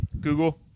Google